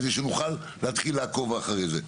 כדי שנוכל להתחיל לעקוב אחרי זה.